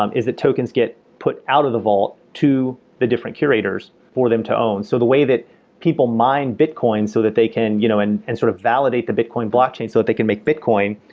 um is it tokens get put out of the vault to the different curators for them to own? so the way that people mine bitcoin, so that they can you know and and sort of validate the bitcoin blockchain so that they can make bitcoin,